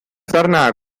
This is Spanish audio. sarna